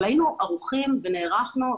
אבל היינו ערוכים ונערכנו,